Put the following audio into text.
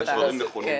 הדברים נכונים לגמרי,